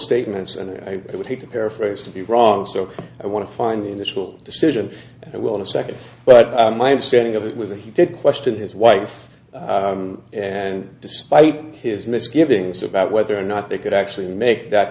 statements and i would hate to paraphrase to be wrong so i want to find the initial decision and i will in a second but my understanding of it was a he did question his wife and despite his misgivings about whether or not they could actually make that